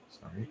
sorry